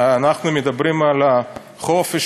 אנחנו מדברים על החופש,